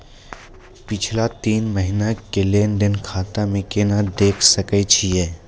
पिछला तीन महिना के लेंन देंन खाता मे केना देखे सकय छियै?